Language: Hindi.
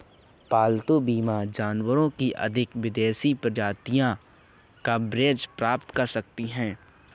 पालतू बीमा जानवरों की अधिक विदेशी प्रजातियां कवरेज प्राप्त कर सकती हैं